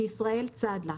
שישראל צד לה,